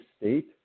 state